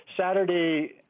Saturday